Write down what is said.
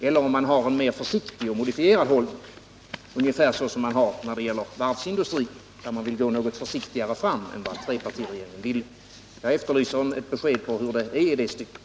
Eller har industriminister Huss en försiktigare och mer modifierad hållning, ungefär som när det gäller varvsindustrin, där han vill gå fram något försiktigare än vad trepartiregeringen ville? Jag efterlyser ett besked om hur det är i det stycket.